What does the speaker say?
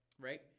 right